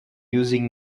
using